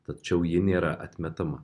tačiau ji nėra atmetama